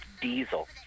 Diesel